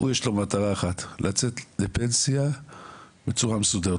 ויש לו מטרה אחת לצאת לפנסיה בצורה מסודרת.